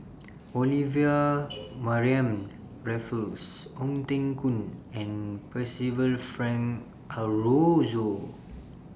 Olivia Mariamne Raffles Ong Teng Koon and Percival Frank Aroozoo